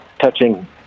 touching